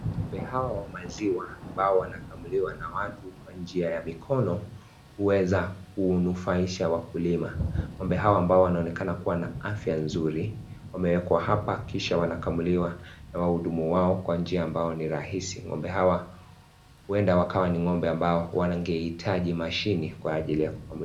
Ngombe hawa wa maziwa ambao wanakamuliwa na watu kwa njia ya mikono huweza kunufaisha wakulima. Ngombe hao ambao wanaonekana kuwa na afya nzuri wamewekwa hapa kisha wanakamuliwa na wahudumu wao kwa njia ambayo ni rahisi. Ngombe hawa huenda wakawa ni ngombe ambao wangeitaji mashine kwa ajili ya kukamuliwa.